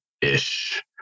ish